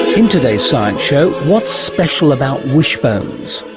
in today's science show, what's special about wishbones,